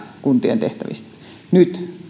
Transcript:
kuntien tehtävistä nyt